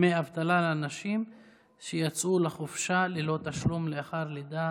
דמי אבטלה לנשים שיצאו לחופשה ללא תשלום לאחר לידה